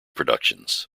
productions